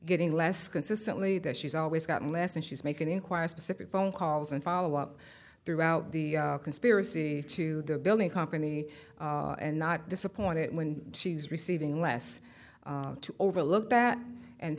getting less consistently that she's always gotten less and she's making inquiries specific phone calls and follow up throughout the conspiracy to build a company and not disappointed when she's receiving less to over look back and